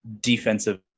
defensive